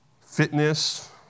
fitness